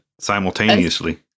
simultaneously